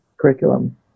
curriculum